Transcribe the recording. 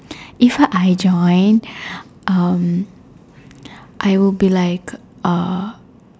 if I join um I will be like uh